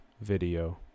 video